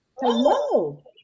hello